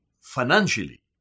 financially